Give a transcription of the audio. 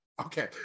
Okay